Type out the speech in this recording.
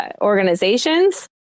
organizations